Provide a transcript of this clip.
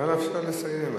נא לאפשר לה לסיים.